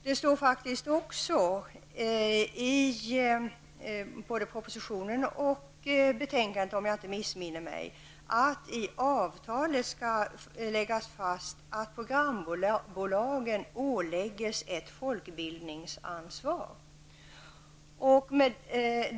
Det står faktiskt både i propositionen och i betänkandet, om jag inte missminner mig, att det i avtalet skall läggas fast att programbolagen åläggs ett folkbildningsansvar.